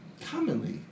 Commonly